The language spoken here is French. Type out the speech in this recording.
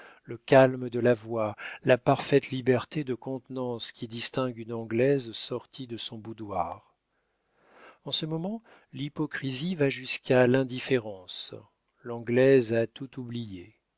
le calme de la voix la parfaite liberté de contenance qui distingue une anglaise sortie de son boudoir en ce moment l'hypocrisie va jusqu'à l'indifférence l'anglaise a tout oublié